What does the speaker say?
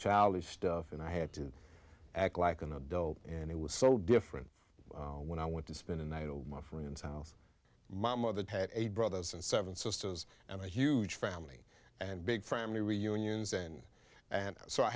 childish stuff and i had to act like an adult and it was so different when i went to spin and my friend's house my mother had eight brothers and seven sisters and a huge family and big family reunions and and so i